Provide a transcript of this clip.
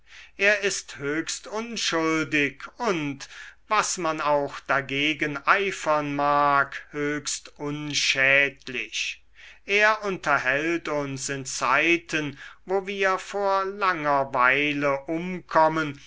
er ist höchst unschuldig und was man auch dagegen eifern mag höchst unschädlich er unterhält uns in zeiten wo wir vor langerweile umkommen